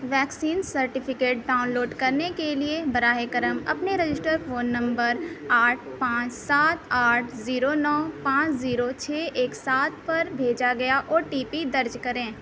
vaccine certificate download کرنے کے لیے براہ کرم اپنے رجسٹر فون نمبر آٹھ پانچ سات آٹھ زیرو نو پانچ زیرو چھ ایک سات پر بھیجا گیا او ٹی پی درج کریں